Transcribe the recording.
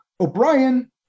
O'Brien